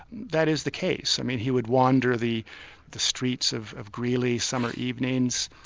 that is the case. i mean he would wander the the streets of of greeley summer evenings,